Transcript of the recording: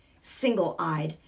single-eyed